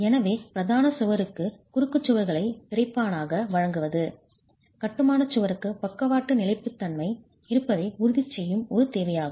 எனவே பிரதான சுவருக்கு குறுக்கு சுவர்களை விறைப்பானாக வழங்குவது கட்டுமானச் சுவருக்கு பக்கவாட்டு நிலைப்புத்தன்மை இருப்பதை உறுதிசெய்யும் ஒரு தேவையாகும்